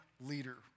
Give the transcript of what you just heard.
leader